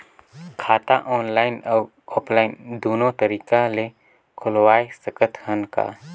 खाता ऑनलाइन अउ ऑफलाइन दुनो तरीका ले खोलवाय सकत हन का?